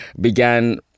began